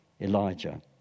Elijah